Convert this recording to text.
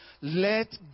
Let